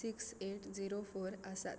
six eight zero four आसात